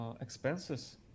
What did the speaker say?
expenses